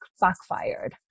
backfired